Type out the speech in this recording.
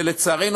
ולצערי,